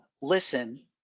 listen